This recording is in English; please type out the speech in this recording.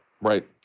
right